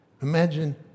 Imagine